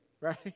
right